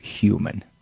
human